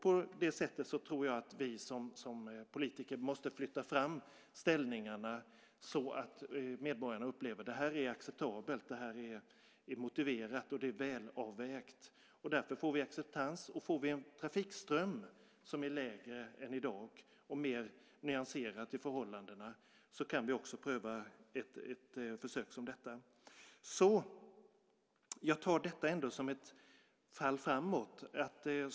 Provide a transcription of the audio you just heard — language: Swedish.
På det sättet tror jag att vi som politiker måste flytta fram ställningarna så att medborgarna upplever att det här acceptabelt, motiverat och välavvägt. Därför får vi acceptans. Får vi en trafikström som är lägre än i dag och mer nyanserad till förhållandena kan vi också pröva ett försök som detta. Jag ser detta som ett fall framåt.